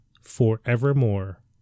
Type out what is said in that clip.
forevermore